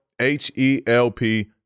H-E-L-P